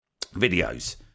videos